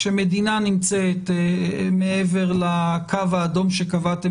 כשמדינה נמצאת מעבר לקו האדום שקבעתם